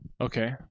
Okay